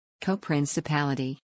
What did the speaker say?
Co-Principality